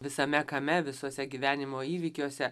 visame kame visose gyvenimo įvykiuose